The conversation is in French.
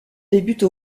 débute